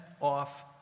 off